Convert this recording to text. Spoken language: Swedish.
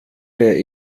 det